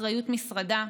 באחריות משרדה,